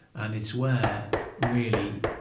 and it's where, really,